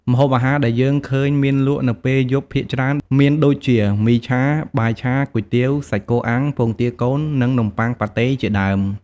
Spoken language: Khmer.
ម្ហូបអាហារដែលយើងឃើញមានលក់នៅពេលយប់ភាគច្រើន មានដូចជា មីឆា បាយឆា គុយទាវ សាច់គោអាំង ពងទាកូន និងនំបុ័ងប៉ាត់តេ ជាដើម។